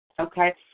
Okay